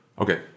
Okay